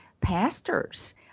pastors